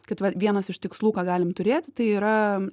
kad va vienas iš tikslų ką galim turėti tai yra